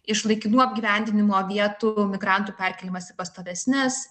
iš laikinų apgyvendinimo vietų migrantų perkėlimas į pastovesnes